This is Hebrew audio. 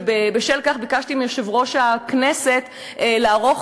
ובשל כך ביקשתי מיושב-ראש הכנסת לערוך